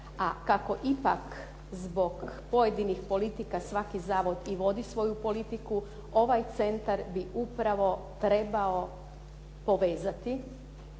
a kako ipak zbog pojedinih politika svaki zavod i vodi svoju politiku ovaj centar bi upravo trebao povezati